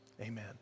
amen